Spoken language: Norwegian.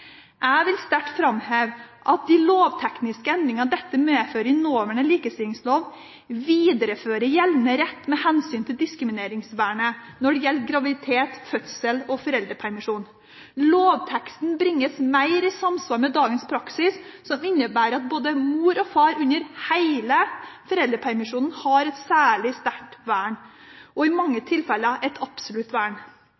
Jeg vil sterkt framheve at de lovtekniske endringene dette medfører i nåværende likestillingslov, viderefører gjeldende rett med hensyn til diskrimineringsvernet når det gjelder graviditet, fødsel og foreldrepermisjon. Lovteksten bringes mer i samsvar med dagens praksis, som innebærer at både mor og far under hele foreldrepermisjonen har et særlig sterkt vern, og i mange